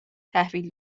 تحویل